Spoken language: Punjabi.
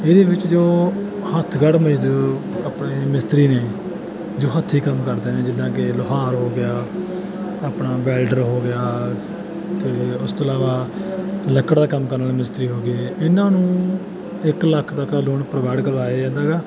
ਇਹਦੇ ਵਿੱਚ ਜੋ ਹੱਥਘੜ ਮਜ਼ਦੂਰ ਆਪਣੇ ਮਿਸਤਰੀ ਨੇ ਜੋ ਹੱਥੀਂ ਕੰਮ ਕਰਦੇ ਨੇ ਜਿੱਦਾਂ ਕਿ ਲੁਹਾਰ ਹੋ ਗਿਆ ਆਪਣਾ ਵੈਲਡਰ ਹੋ ਗਿਆ ਅਤੇ ਉਸ ਤੋਂ ਇਲਾਵਾ ਲੱਕੜਾਂ ਦਾ ਕੰਮ ਕਰਨ ਵਾਲਾ ਮਿਸਤਰੀ ਹੋ ਗਏ ਇਹਨਾਂ ਨੂੰ ਇੱਕ ਲੱਖ ਤੱਕ ਦਾ ਲੋਨ ਪ੍ਰੋਵਾਈਡ ਕਰਵਾਇਆ ਜਾਂਦਾ ਗਾ